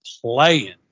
playing